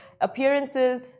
appearances